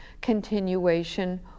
continuation